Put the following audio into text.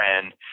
friend